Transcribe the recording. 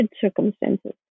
circumstances